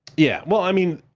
yeah, well, i mean,